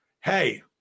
hey